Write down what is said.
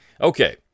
Okay